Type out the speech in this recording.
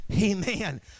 amen